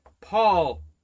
Paul